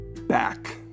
back